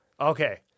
okay